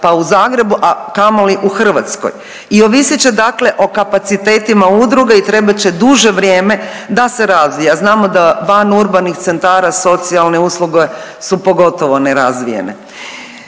pa u Zagrebu, a kamoli u Hrvatskoj i ovisit će dakle o kapacitetima udruge i treba će duže vrijeme da se razvija. Znamo da van urbanih centara socijalne usluge su pogotovo nerazvijene.